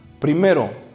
Primero